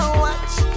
watch